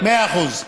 מאה אחוז.